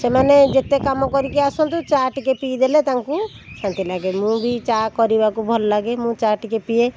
ସେମାନେ ଯେତେ କାମ କରିକି ଆସନ୍ତୁ ଚା' ଟିକେ ପିଇ ଦେଲେ ତାଙ୍କୁ ଶାନ୍ତି ଲାଗେ ମୁଁ ବି ଚା' କରିବାକୁ ଭଲ ଲାଗେ ମୁଁ ଚା' ଟିକେ ପିଏ